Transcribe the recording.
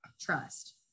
trust